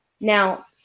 Now